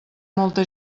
molta